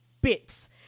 Bits